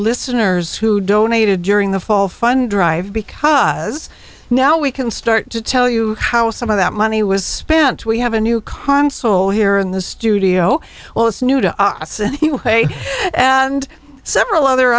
listeners who donated during the fall fund drive because now we can start to tell you how some of that money was spent we have a new console here in the studio well it's new to us and several other